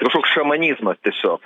tai kažkoks šamanizmas tiesiog